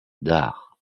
d’art